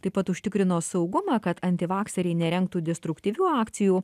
taip pat užtikrino saugumą kad antivakseriai nerengtų destruktyvių akcijų